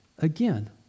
Again